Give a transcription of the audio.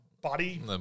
body